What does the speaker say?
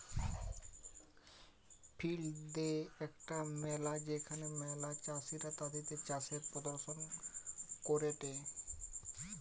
field day একটা মেলা যেখানে ম্যালা চাষীরা তাদির চাষের প্রদর্শন করেটে